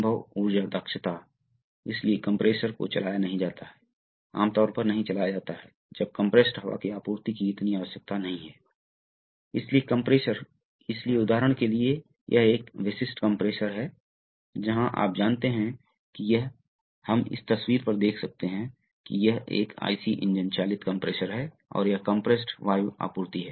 यह उस ओर जाएगा इसलिए लोड भी उस तरफ जाएगा और लोड बॉडी से जुड़ा है अब बॉडी भी उस तरफ जाएगी यह बॉडी स्पूल नहीं स्पूल लीवर से जुड़ा होता है और बॉडी लोड से जुड़ी होती है इसलिए बॉडी मूव करेगी बॉडी का मूवमेंट वास्तव में स्पूल के मूवमेंट की तरह दूसरे दिशा में होता है जैसे प्रवाह खुलाव वास्तव में सापेक्ष गति से होता है